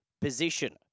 position